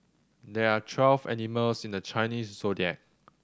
there are twelve animals in the Chinese Zodiac